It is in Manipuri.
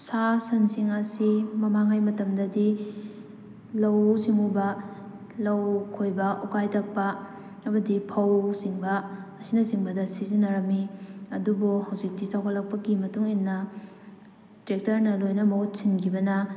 ꯁꯥ ꯁꯟꯁꯤꯡ ꯑꯁꯤ ꯃꯃꯥꯡꯉꯩ ꯃꯇꯝꯗꯗꯤ ꯂꯧꯎ ꯁꯤꯡꯉꯨꯕ ꯂꯧ ꯈꯣꯏꯕ ꯎꯀꯥꯏ ꯇꯛꯄ ꯑꯃꯗꯤ ꯐꯧꯆꯤꯡꯕ ꯑꯁꯤꯅ ꯆꯤꯡꯕꯗ ꯁꯤꯖꯟꯅꯔꯝꯃꯤ ꯑꯗꯨꯕꯨ ꯍꯧꯖꯤꯛꯇꯤ ꯆꯥꯎꯈꯠ ꯂꯥꯛꯄꯒꯤ ꯃꯇꯨꯡ ꯏꯟꯅ ꯇ꯭ꯔꯦꯛꯇꯔꯅ ꯂꯣꯏꯅ ꯃꯍꯨꯠ ꯁꯤꯟꯈꯤꯕꯅ